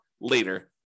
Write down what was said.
later